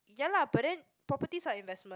ya lah but then properties are investment